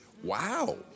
Wow